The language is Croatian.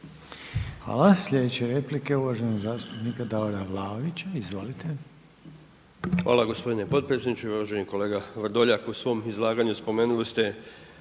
Hvala. Sljedeća replika je uvaženog zastupnika Davora Vlaovića. Izvolite. **Vlaović, Davor (HSS)** Hvala gospodine potpredsjedniče. Uvaženi kolega Vrdoljak. U svom izlaganju spomenuli ste